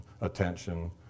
attention